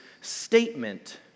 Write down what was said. statement